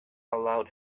allowed